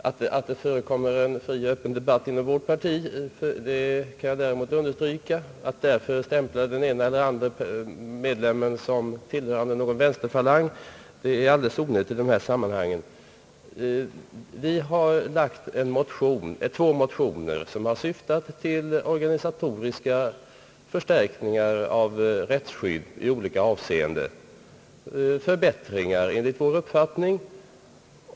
Att det förekommer en fri och öppen debatt i vårt parti kan jag däremot understryka. Det är därför alldeles onödigt att i detta sammanhang stämpla den ena eller den andra medlemmen såsom tillhörande någon vänsterfalang. Vi har väckt två motioner, som syftat till organisatoriska förstärkningar av rättsskyddet i olika avseenden — förbättringar enligt vår uppfattning.